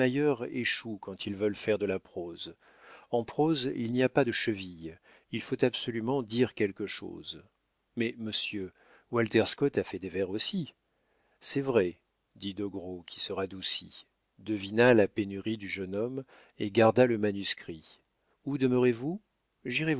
échouent quand ils veulent faire de la prose en prose il n'y a pas de chevilles il faut absolument dire quelque chose mais monsieur walter scott a fait des vers aussi c'est vrai dit doguereau qui se radoucit devina la pénurie du jeune homme et garda le manuscrit où demeurez-vous j'irai